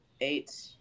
eight